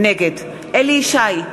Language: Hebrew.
נגד אליהו ישי,